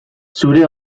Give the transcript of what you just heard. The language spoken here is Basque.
zure